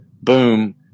Boom